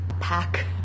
pack